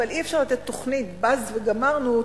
אבל אי-אפשר לתת תוכנית "באז וגמרנו",